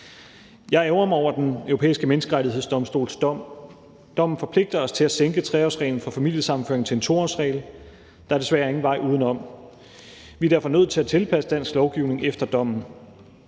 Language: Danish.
Jeg ærgrer mig over Den Europæiske Menneskerettighedsdomstols dom. Dommen forpligter os til at sænke 3-årsreglen for familiesammenføring til en 2-årsregel. Der er desværre ingen vej udenom. Vi er derfor nødt til at tilpasse dansk lovgivning efter dommen.